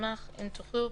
נשמח אם תוכלו